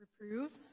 Reprove